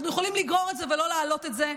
אנחנו יכולים לגרור את זה ולא להעלות את זה,